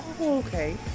Okay